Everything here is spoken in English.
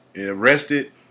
arrested